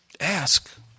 Ask